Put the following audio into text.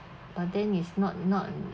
but then is not not